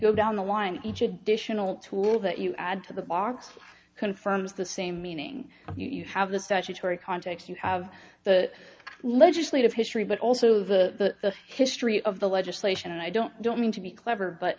go down the line each additional tool that you add to the box confirms the same meaning you have the statutory context you have the legislative history but also the history of the legislation and i don't don't mean to be clever but